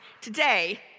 Today